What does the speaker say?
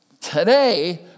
today